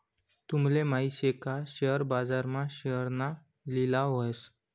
तूमले माहित शे का शेअर बाजार मा शेअरना लिलाव व्हस